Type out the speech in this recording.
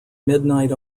midnight